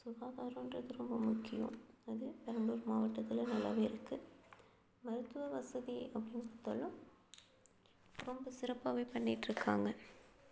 சுகாதாரம்ன்றது ரொம்ப முக்கியம் அது பெரம்பலூர் மாவட்டத்தில் நல்லா இருக்குது மருத்துவ வசதி அப்படின்னு ரொம்ப சிறப்பாக பண்ணிட்டு இருக்காங்க